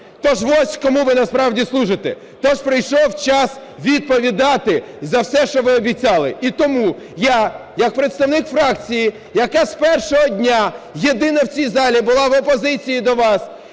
Тож ось кому ви насправді служите. Тож прийшов час відповідати за все, що ви обіцяли. І тому я як представник фракції, яка з першого дня єдина в цій залі була в опозиції до вас,